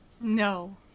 No